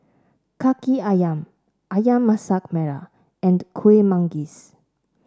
Kaki ayam ayam Masak Merah and Kuih Manggis